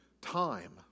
time